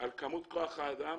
על כמות כוח האדם